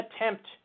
attempt